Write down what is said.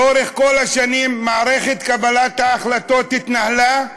לאורך כל השנים מערכת קבלת ההחלטות התנהלה,